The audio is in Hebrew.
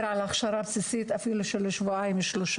על הכשרה בסיסית אפילו של שבועיים-שלושה.